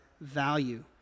value